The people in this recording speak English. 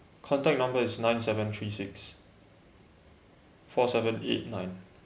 contact number is nine seven three six four seven eight nine